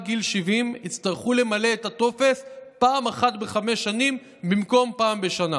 גיל 70 יצטרכו למלא את הטופס פעם אחת בחמש שנים במקום פעם בשנה,